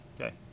okay